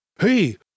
hey